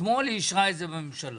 אתמול היא אישרה את זה בממשלה.